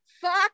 fuck